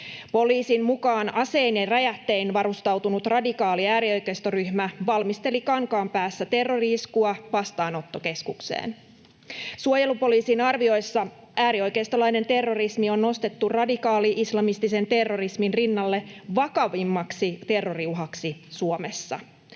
Poliisin mukaan asein ja räjähtein varustautunut radikaali äärioikeistoryhmä valmisteli Kankaanpäässä terrori-iskua vastaanottokeskukseen. Suojelupoliisin arvioissa äärioikeistolainen terrorismi on nostettu radikaali-islamistisen terrorismin rinnalle vakavimmaksi terroriuhaksi Suomessa.